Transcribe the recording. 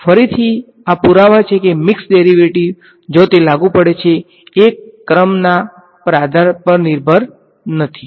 ફરીથી આ પુરાવા છે કે મિક્ષ ડેરિવેટિવ્ઝ જ્યા તે લાગુ પડે છે એ ક્રમના આધાર પર નિર્ભર નથી